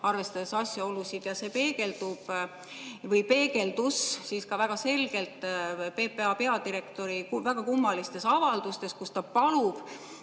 arvestades asjaolusid. Ja see peegeldub või peegeldus väga selgelt ka PPA peadirektori kummalistes avaldustes, kus ta palub